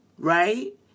right